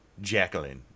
Jacqueline